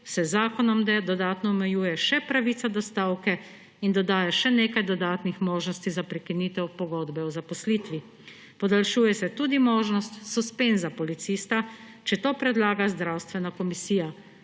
se z zakonom dodatno omejuje še pravica do stavke in dodaja še nekaj dodatnih možnosti za prekinitev pogodbe o zaposlitvi. Podaljšuje se tudi možnost suspenza policista, če to predlaga zdravstvena komisija,